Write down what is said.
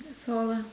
fall lah